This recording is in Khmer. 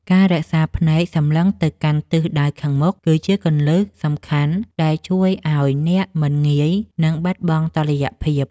ការរក្សាភ្នែកសម្លឹងទៅកាន់ទិសដៅខាងមុខ គឺជាគន្លឹះសំខាន់ដែលជួយឱ្យអ្នកមិនងាយនឹងបាត់បង់តុល្យភាព។